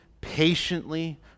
patiently